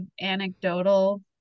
anecdotal